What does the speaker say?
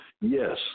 yes